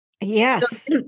Yes